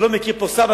אני לא מכיר פה סבא,